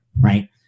right